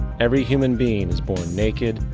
every human being is born naked,